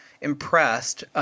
impressed